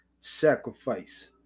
Sacrifice